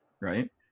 Right